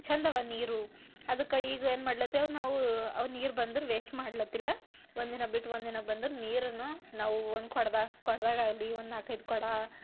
ಚಂದವಾ ನೀರು ಅದ್ಕೆ ಈಗ ಏನು ಮಾಡ್ಲತ್ತೇವೆ ನಾವು ಅವು ನೀರು ಬಂದ್ರೆ ವೇಷ್ಟ್ ಮಾಡ್ಲತ್ತಿಲ್ಲ ಒಂದಿನ ಬಿಟ್ಟು ಒಂದಿನ ಬಂದರೂ ನೀರನ್ನು ನಾವು ಒಂದು ಕೊಡದಾ ಕೊಡದಾಗ ಆಗಲಿ ಒಂದು ನಾಲ್ಕೈದು ಕೊಡ